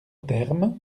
terme